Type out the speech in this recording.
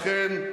לכן,